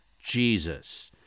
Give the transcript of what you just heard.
Jesus